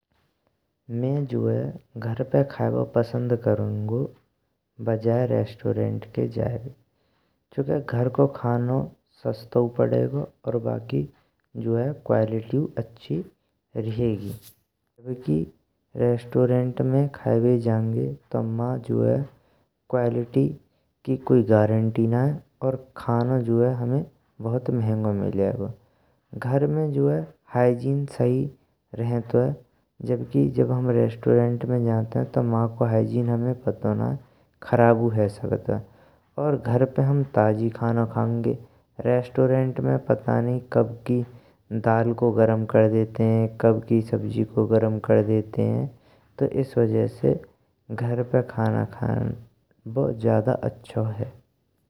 मीं जो हैं घरपे खइबो पसंद करुंगो वजह रेस्टोरेंट के जाएबे चूंकि घर को खाणो सस्तो पड़ेगो। और जो हैं बाकी क्वालिटीयो अच्छी रेहग। चूंकि रेस्टोरेंट में खाएबे जांगे तो मां जो हैं क्वालिटि की कोई गारंटी नाईयें और खाणो जो हैं हामें बहुत महंगो मिलेगो। घर में जो हैं हाइजीन सही रेहंतुये, चूंकि जब हम रेस्टोरेंट में जान्ते, तो माको हाइजीन हामें पतों नाईये खराबु हैं सक्तुये और घर पे तो ताजी खाणो खांगे। रेस्टोरेंट में पता नहीं कब की दाल को गर्म कर देते हैं कब की सब्जी को गर्म कर देते हैं, तो इस वजह ते घर पे खाणो खाएबो ज्यादा अच्छो है।